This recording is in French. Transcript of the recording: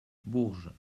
bourges